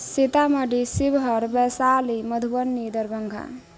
Sitamarhi Sheohar Vaishali Madhubani Darbhanga